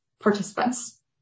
participants